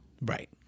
Right